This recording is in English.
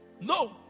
No